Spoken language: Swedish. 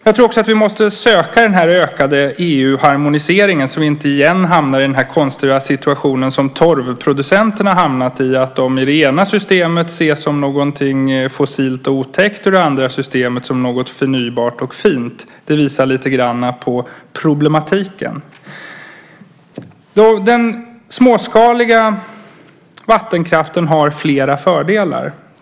Jag tror också att vi måste söka den ökande EU-harmoniseringen så att vi inte återigen hamnar i den konstiga situation som torvproducenterna har hamnat i. I det ena systemet ses de som något fossilt och otäckt, i det andra systemet ses de som något förnybart och fint. Det visar lite på problematiken. Den småskaliga vattenkraften har flera fördelar.